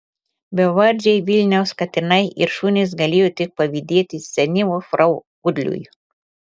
bevardžiai vilniaus katinai ir šunys galėjo tik pavydėti senyvos frau kudliui